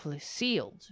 sealed